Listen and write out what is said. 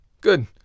good